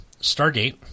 Stargate